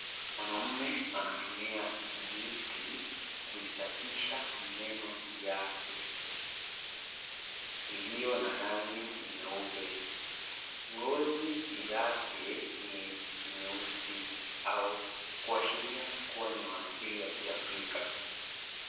Mwanamume anatumia kijiti kuisafisha meno yake iliyo na rangi nyeupe. Ngozi yake ni nyeusi au kuashiria kuwa ni wa kiasili ya kiafrika.